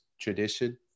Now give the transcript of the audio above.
tradition